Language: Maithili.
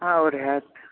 हाँ आओर होयत